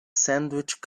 sandwich